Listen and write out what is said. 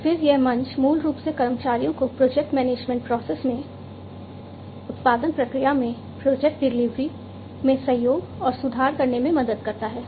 और फिर यह मंच मूल रूप से कर्मचारियों को प्रोजेक्ट मैनेजमेंट प्रोसेस में उत्पादन प्रक्रिया में प्रोजेक्ट डिलीवरी में सहयोग और सुधार करने में मदद करता है